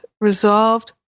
resolved